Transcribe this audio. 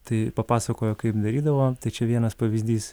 tai papasakojo kaip darydavo tai čia vienas pavyzdys